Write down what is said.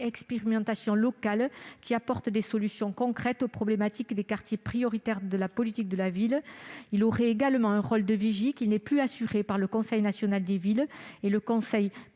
expérimentations locales qui apportent des solutions concrètes aux problématiques des quartiers prioritaires de la politique de la ville. Il aurait également un rôle de vigie, qui n'est plus assuré par le Conseil national des villes et le Conseil